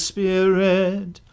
Spirit